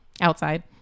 outside